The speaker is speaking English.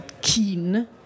keen